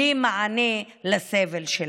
בלי מענה לסבל שלהן.